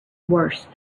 worse